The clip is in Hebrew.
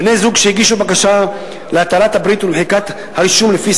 בני-זוג שהגישו בקשה להתרת הברית ולמחיקת הרישום לפי